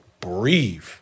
breathe